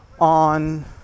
on